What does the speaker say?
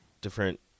Different